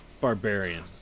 barbarian